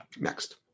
next